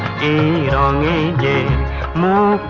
a a a a a la